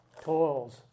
toils